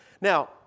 Now